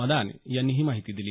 मदान यांनी ही माहिती दिली